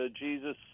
Jesus